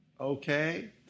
Okay